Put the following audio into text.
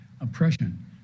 oppression